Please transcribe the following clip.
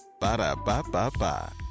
Ba-da-ba-ba-ba